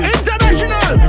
International